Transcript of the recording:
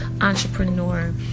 entrepreneur